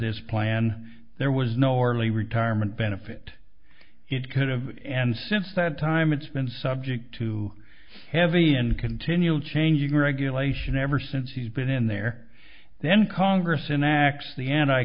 this plan there was no early retirement benefit it could have and since that time it's been subject to heavy and continual changing regulation ever since he's been in there then congress enacts the